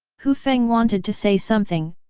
hu feng wanted to say something,